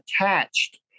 attached